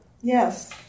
yes